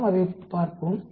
நாம் அதைப் பார்ப்போம்